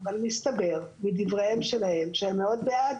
אבל מסתבר מדבריהם שלהם שהם מאוד בעד,